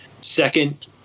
second